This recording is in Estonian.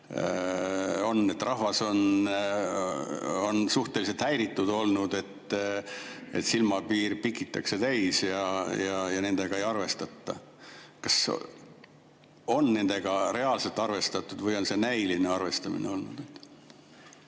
on. Rahvas on suhteliselt häiritud olnud, silmapiir pikitakse täis ja nendega ei arvestata. Kas on nendega reaalselt arvestatud või on see näiline arvestamine olnud?